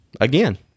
again